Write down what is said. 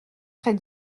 très